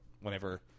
whenever